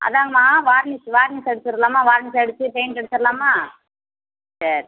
அதுதாங்கம்மா varnish varnish அடிச்சிடலாமா varnish அடித்து paint அடிச்சிடலாமா சரி